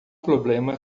problema